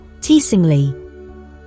teasingly